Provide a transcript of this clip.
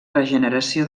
regeneració